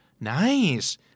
Nice